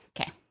Okay